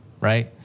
right